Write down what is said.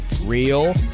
Real